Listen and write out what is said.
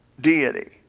deity